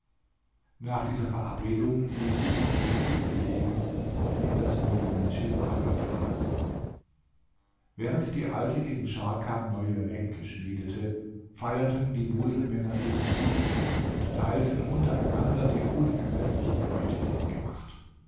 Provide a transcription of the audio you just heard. nach dieser verabredung ließ sie sich in eine kiste legen und in das muselmännische lager tragen während die alte gegen scharkan neue ränke schmiedete feierten die muselmänner ihren sieg und teilten untereinander die unermeßliche beute die sie gemacht